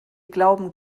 glauben